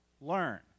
learn